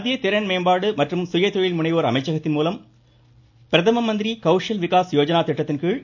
மத்திய திறன் மேம்பாடு மற்றும் சுயதொழில் முனைவோர் அமைச்சகத்தின் மூலம் பிரதம மந்திரி கௌஷல் விகாஸ் போஜனா திட்டத்தின்கீழ்